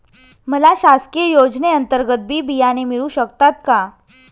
मला शासकीय योजने अंतर्गत बी बियाणे मिळू शकतात का?